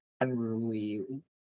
unruly